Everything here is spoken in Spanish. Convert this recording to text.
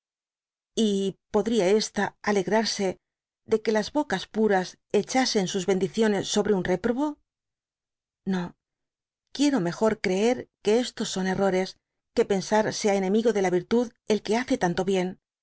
y poclria esta alegrarse de que ls bocas puras echasen sus bendiciones sobre un reprobo no quiero mejor creer que estos son errores que pensar sea enemigo de la virtud el que hace tanto bien